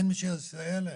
אין מי שיסייע להם.